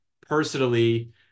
personally